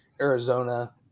Arizona